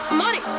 money